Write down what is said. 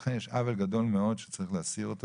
לכן יש עוול גדול מאוד שצריך להסיר אותו.